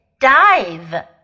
dive